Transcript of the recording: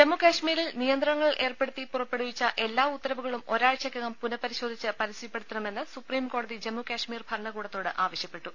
ജമ്മുകശ്മീരിൽ നിയന്ത്രണങ്ങൾ ഏർപ്പെടുത്തി പുറപ്പെടുവിച്ച എല്ലാ ഉത്തരവുകളും ഒരാഴ്ചയ്ക്കകം പുനപരിശോധിച്ച് പരസ്യപ്പെടുത്തണമെന്ന് സുപ്രീം കോടതി ജമ്മുകശ് മീർ ഭരണകൂടത്തോട് ആവശ്യപ്പെട്ടു